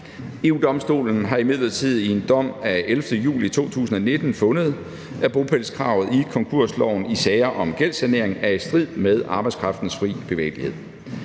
EU-Domstolen har imidlertid i en dom af 11. juli 2019 fundet, at bopælskravet i konkursloven i sager om gældssanering er i strid med arbejdskraftens fri bevægelighed.